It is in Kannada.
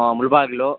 ಮುಳ್ಬಾಗಿಲು